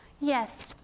Yes